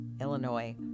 Illinois